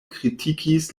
kritikis